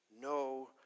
no